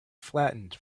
flattened